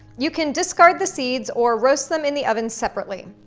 you can discard the seeds or roast them in the oven separately.